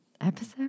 Episode